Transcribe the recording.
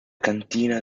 cantina